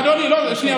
אדוני, שנייה,